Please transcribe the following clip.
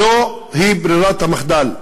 זוהי ברירת המחדל.